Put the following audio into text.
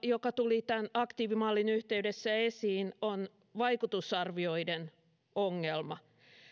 joka tuli tämän aktiivimallin yhteydessä esiin on vaikutusarvioiden ongelma